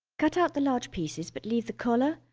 cut out the large pieces but leave the collar,